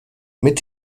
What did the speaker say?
mit